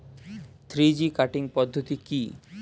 Three G cutting পদ্ধতি কি?